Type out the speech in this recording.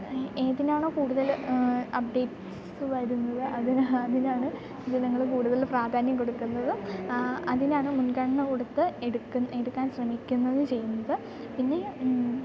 ഏതിനാണോ കൂടുതൽ അപ്ഡേറ്റ്സ് വരുന്നത് അതിന് അതിനാണ് ജനങ്ങൾ കൂടുതൽ പ്രാധാന്യം കൊടുക്കുന്നത് അതിനാണ് മുൻഗണന കൊടുത്ത് എടുക്ക് എടുക്കാൻ ശ്രമിക്കുന്നത് ചെയ്യുന്നത് പിന്നെ